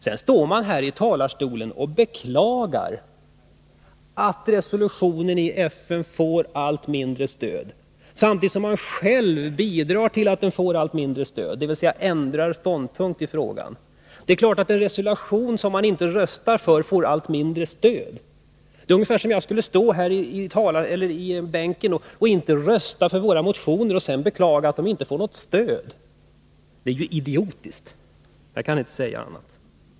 Sedan står man här i talarstolen och beklagar att resolutionen i FN får allt mindre stöd, samtidigt som man själv bidrar till att den får allt mindre stöd, dvs. ändrar ståndpunkt i frågan. Det är klart att en resolution som man inte röstar för får allt mindre stöd. Det är ungefär som om jag skulle stå här i bänken och inte rösta för våra motioner och sedan beklaga att de inte får något stöd. Det är ju idiotiskt — jag kan inte säga annat.